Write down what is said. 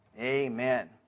Amen